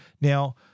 Now